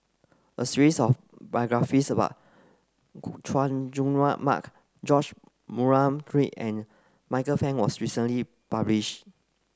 a series of biographies about Chay Jung Mark George Murray Reith and Michael Fam was recently published